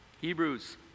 Hebrews